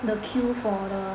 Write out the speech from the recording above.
the queue for the